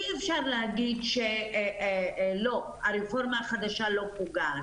אי אפשר להגיד שהרפורמה החדשה לא פוגעת.